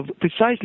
precisely